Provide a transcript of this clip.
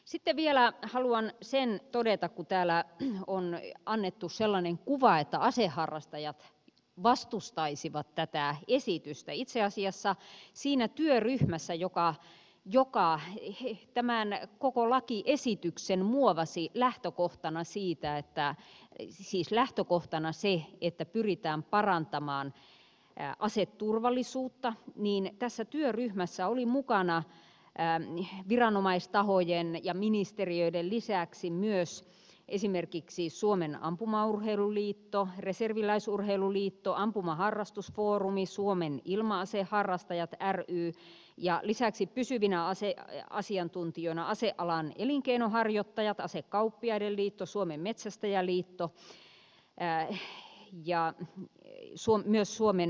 sitä minä haluan sen todeta kun täällä on annettu sellainen kuva että aseharrastajat vastustaisivat tätä esitystä ja haluan todeta että itse asiassa siinä työryhmässä joka tämän koko lakiesityksen muovasi lähtökohtana se että pyritään parantamaan aseturvallisuutta oli mukana viranomaistahojen ja ministeriöiden lisäksi myös esimerkiksi suomen ampumaurheiluliitto reserviläisurheiluliitto ampumaharrastusfoorumi suomen ilma aseharrastajat ry ja lisäksi pysyvinä asiantuntijoina asealan elinkeinonharjoittajat asekauppiaiden liitto suomen metsästäjäliitto ja myös suomen riistakeskus